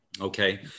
Okay